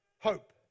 hope